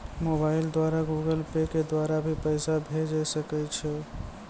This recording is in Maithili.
मोबाइल द्वारा गूगल पे के द्वारा भी पैसा भेजै सकै छौ?